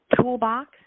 toolbox